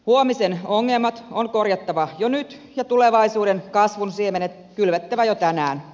huomisen ongelmat on korjattava jo nyt ja tulevaisuuden kasvun siemenet kylvettävä jo tänään